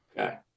Okay